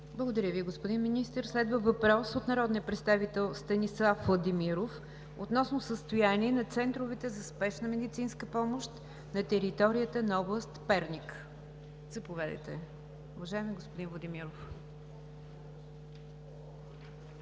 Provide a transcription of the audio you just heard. Благодаря Ви, господин Министър. Следва въпрос от народния представител Станислав Владимиров относно състояние на центровете за спешна медицинска помощ на територията на област Перник. Заповядайте, уважаеми господин Владимиров.